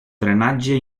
drenatge